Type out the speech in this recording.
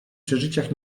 przeżyciach